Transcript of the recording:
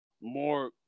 more